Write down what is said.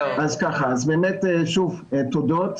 שאלה באמת בשורות טובות.